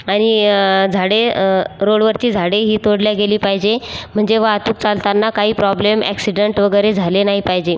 आणि झाडे रोडवरची झाडेही तोडली गेली पाहिजे म्हणजे वाहतूक चालतांना काही प्रॉब्लेम अॅक्सिडेंट वगैरे झाले नाही पाहिजे